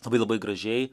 labai labai gražiai